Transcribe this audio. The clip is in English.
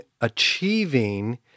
achieving